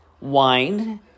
Wine